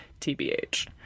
TBH